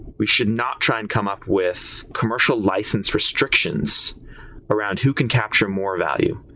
we should not try and come up with commercial license restrictions around who can capture more value.